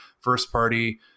first-party